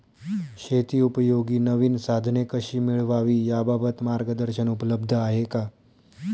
शेतीउपयोगी नवीन साधने कशी मिळवावी याबाबत मार्गदर्शन उपलब्ध आहे का?